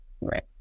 Right